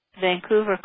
Vancouver